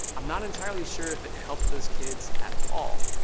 i'm not entirely sure if it helped those kids at all,